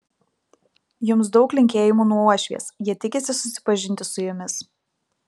jums daug linkėjimų nuo uošvės ji tikisi susipažinti su jumis